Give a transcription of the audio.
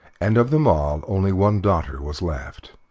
and of them all only one daughter was left.